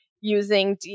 using